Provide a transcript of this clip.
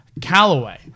Callaway